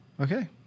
Okay